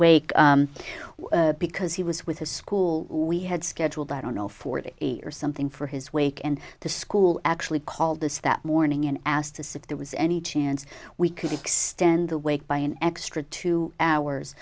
well because he was with his school we had scheduled i don't know forty eight or something for his wake and the cool actually called this that morning and asked us if there was any chance we could extend the wait by an extra two hours